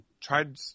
tried